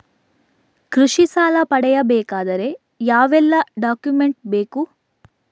ಕೃಷಿ ಸಾಲ ಪಡೆಯಬೇಕಾದರೆ ಯಾವೆಲ್ಲ ಡಾಕ್ಯುಮೆಂಟ್ ಬೇಕು?